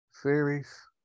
series